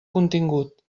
contingut